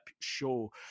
show